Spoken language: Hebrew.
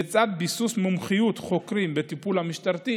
לצד ביסוס מומחיות חוקרים בטיפול המשטרתי